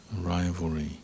rivalry